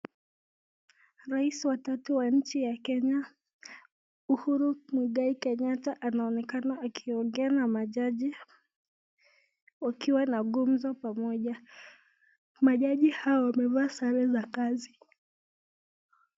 Raisi wa tatu wa nchi ya Kenya Uhuru Muigai Kenyatta anaonekana akiongea na majaji na gumzo pamoja. Majaji hawa wamevaa sare za kazi.